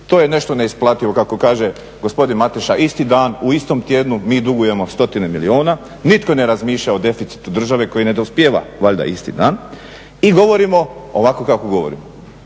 to je nešto neisplativo kako kaže gospodin Mateša, isti dan, u istom tjednu mi dugujemo stotine milijuna, nitko ne razmišlja o deficitu države koji ne dospijeva valjda isti dan i govorimo ovako kako govorimo.